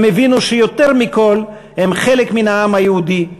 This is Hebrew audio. הם הבינו שיותר מכול הם חלק מן העם היהודי,